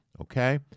Okay